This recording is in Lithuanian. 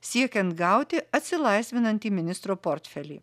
siekiant gauti atsilaisvinantį ministro portfelį